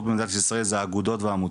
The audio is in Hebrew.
במדינת ישראל זה האגודות והעמותות.